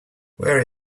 where